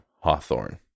Hawthorne